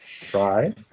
Try